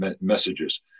messages